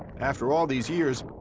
after all these years,